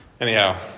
Anyhow